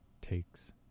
takes